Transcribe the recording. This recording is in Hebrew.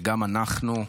גם אנחנו,